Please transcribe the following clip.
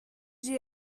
j’ai